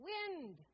Wind